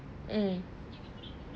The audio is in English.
mm